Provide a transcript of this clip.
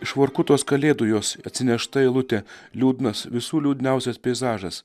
iš vorkutos kalėdų jos atsinešta eilutė liūdnas visų liūdniausias peizažas